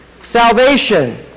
salvation